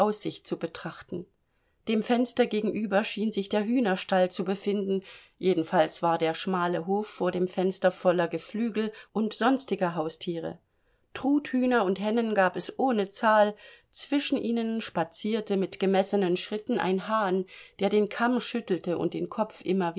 zu betrachten dem fenster gegenüber schien sich der hühnerstall zu befinden jedenfalls war der schmale hof vor dem fenster voller geflügel und sonstiger haustiere truthühner und hennen gab es ohne zahl zwischen ihnen spazierte mit gemessenen schritten ein hahn der den kamm schüttelte und den kopf immer